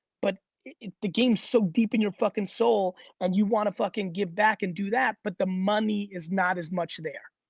but the game is so deep in your fucking soul and you wanna fucking give back and do that, but the money is not as much there.